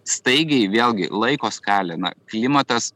staigiai vėlgi laiko skalę na klimatas